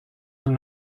from